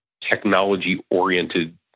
technology-oriented